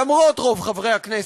למרות רוב חברי הכנסת,